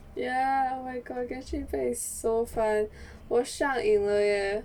ya oh my god genchin impact is so fun 我上瘾了耶